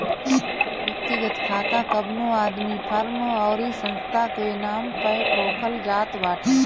व्यक्तिगत खाता कवनो आदमी, फर्म अउरी संस्था के नाम पअ खोलल जात बाटे